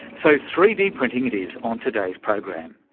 so three d printing it is on today's program,